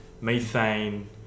methane